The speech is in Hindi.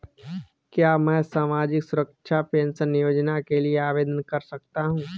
क्या मैं सामाजिक सुरक्षा पेंशन योजना के लिए आवेदन कर सकता हूँ?